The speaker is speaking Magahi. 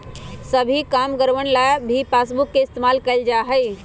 सभी कामगारवन ला भी पासबुक के इन्तेजाम कइल जा हई